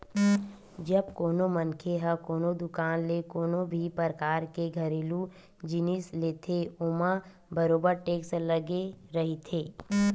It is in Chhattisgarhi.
जब कोनो मनखे ह कोनो दुकान ले कोनो भी परकार के घरेलू जिनिस लेथे ओमा बरोबर टेक्स लगे रहिथे